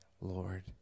Lord